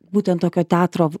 būtent tokio teatro